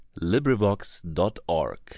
LibriVox.org